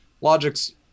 logic's